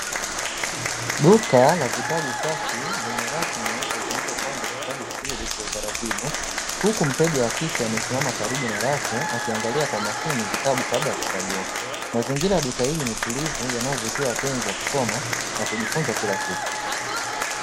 Duka la vitabu safi lenye rafu nyeupe zilizopangwa vitabu vizuri kwa utaratibu, huku mteja wa kike amesimama karibu na rafu akiangalia kwa makini vitabu kabla ya kuchagua, mazingira duka hili ni tulivu yanayovutia wapenzi wa kusoma na kujifunza kila siku.